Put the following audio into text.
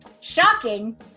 Shocking